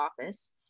office